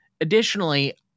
Additionally